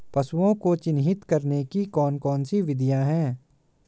पशुओं को चिन्हित करने की कौन कौन सी विधियां हैं?